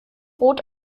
rot